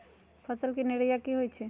फसल के निराया की होइ छई?